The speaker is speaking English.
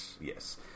Yes